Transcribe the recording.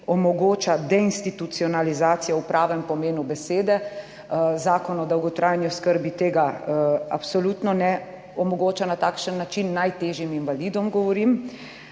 omogoča deinstitucionalizacijo v pravem pomenu besede. Zakon o dolgotrajni oskrbi tega absolutno ne omogoča na takšen način najtežjim invalidom govorim.